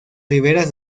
riberas